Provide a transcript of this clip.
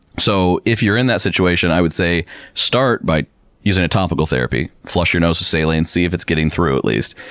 so, if you're in that situation, i would say start by using a topical therapy. flush your nose with saline like and see if it's getting through at least.